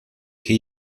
che